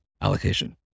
allocation